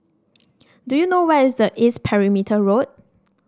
do you know where is the East Perimeter Road